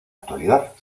actualidad